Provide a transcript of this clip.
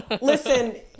Listen